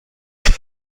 همه